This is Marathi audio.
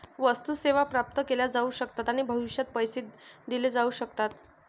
वस्तू, सेवा प्राप्त केल्या जाऊ शकतात आणि भविष्यात पैसे दिले जाऊ शकतात